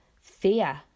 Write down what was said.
fear